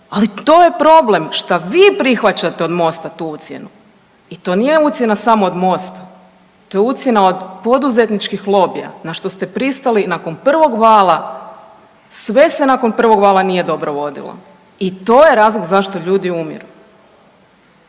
Ali to je problem što vi prihvaćate od MOST-a tu ucjenu. I to nije ucjena samo od MOST-a to je ucjena od poduzetničkih lobija na što ste pristali nakon prvog vala, sve se nakon prvog vala nije dobro vodilo. I to je razlog zašto ljudi umiru.